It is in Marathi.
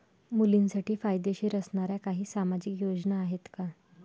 मुलींसाठी फायदेशीर असणाऱ्या काही सामाजिक योजना आहेत का?